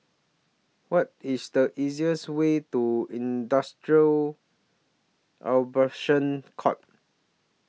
What IS The easiest Way to Industrial Arbitration Court